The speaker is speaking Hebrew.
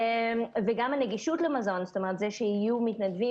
וגם הנגישות למזון שיהיו מתנדבים